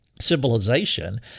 civilization